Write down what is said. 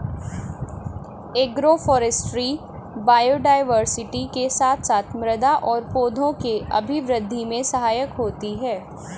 agroforestry biodiversity के साथ साथ मृदा और पौधों के अभिवृद्धि में भी सहायक होती है